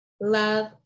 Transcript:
love